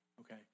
okay